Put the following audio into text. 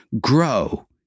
Grow